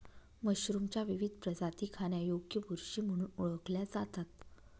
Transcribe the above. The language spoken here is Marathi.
मशरूमच्या विविध प्रजाती खाण्यायोग्य बुरशी म्हणून ओळखल्या जातात